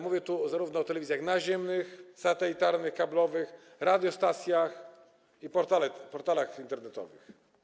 Mówię tu zarówno o telewizjach naziemnych, satelitarnych, kablowych, radiostacjach, jak i portalach internetowych.